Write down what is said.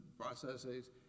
processes